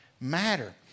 matter